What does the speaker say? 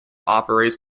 operates